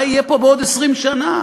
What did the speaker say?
מה יהיה פה בעוד 20 שנה?